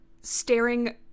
staring